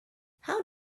how